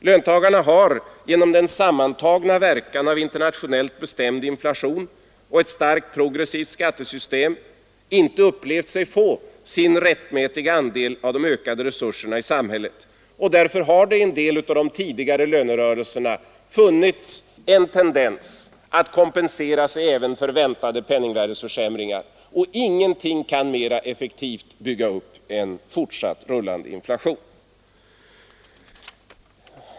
Löntagarna har genom den sammantagna verkan av internationellt bestämd inflation och ett starkt progressivt skattesystem inte upplevt sig få sin rättmätiga andel av de ökade resurserna i samhället. Därför har det i de tidigare lönerörelserna funnits en tendens att kompensera sig även för väntade penningvärdeförsämringar. Ingenting kan mera effektivt bygga upp en fortsatt rullande inflation.